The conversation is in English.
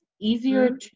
easier